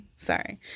Sorry